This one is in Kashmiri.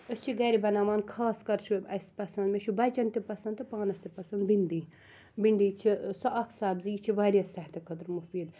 أسۍ چھِ گَرِ بَناوان خاص کر چھُ اسہِ پَسَنٛد مےٚ چھُ بَچن تہِ پسنٛد پانَس تہِ پسنٛد بِنٛڈی بَنٛڈی چھِ سۄ اَکھ سبزی یہِ چھِ واریاہ صحتہٕ خٲطرٕ مُفیٖد